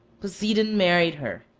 poseidon married her.